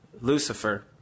Lucifer